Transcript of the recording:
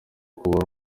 kuba